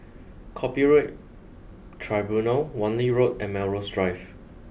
Copyright Tribunal Wan Lee Road and Melrose Drive